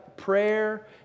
Prayer